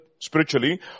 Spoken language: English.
spiritually